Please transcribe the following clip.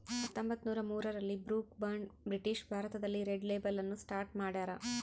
ಹತ್ತೊಂಬತ್ತುನೂರ ಮೂರರಲ್ಲಿ Brooke Bond British ಭಾರತದಲ್ಲಿ ರೆಡ್ ಲೇಬಲ್ ಅನ್ನು ಸ್ಟಾರ್ಟ್ ಮಾಡ್ಯಾರ